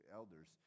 elders